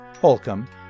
Holcomb